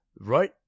Right